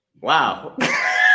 Wow